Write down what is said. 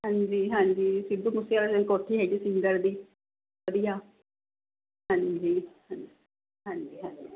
ਹਾਂਜੀ ਹਾਂਜੀ ਸਿੱਧੂ ਮੂਸੇਵਾਲੇ ਦੀ ਕੋਠੀ ਹੈਗੀ ਸਿੰਗਰ ਦੀ ਵਧੀਆ ਹਾਂਜੀ ਹਾਂਜੀ ਹਾਂਜੀ ਹਾਂਜੀ